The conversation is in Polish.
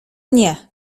nie